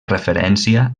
referència